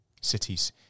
cities